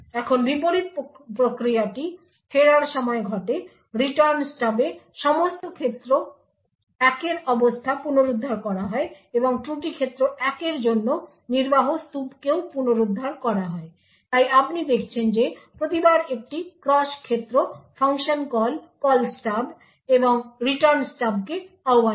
এখন বিপরীত প্রক্রিয়াটি ফেরার সময় ঘটে রিটার্ন স্টাব এ সমস্ত ক্ষেত্র 1 এর অবস্থা পুনরুদ্ধার করা হয় এবং ত্রুটি ক্ষেত্র 1 এর জন্য নির্বাহ স্তুপকেও পুনরুদ্ধার করা হয় তাই আপনি দেখছেন যে প্রতিবার একটি ক্রস ক্ষেত্র ফাংশন কল কল স্টাব এবং রিটার্ন স্টাবকে আহ্বান করে